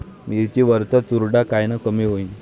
मिरची वरचा चुरडा कायनं कमी होईन?